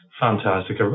fantastic